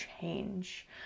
change